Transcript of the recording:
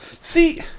See